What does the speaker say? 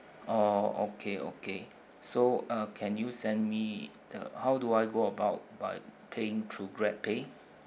oh okay okay so uh can you send me the how do I go about by paying through grab pay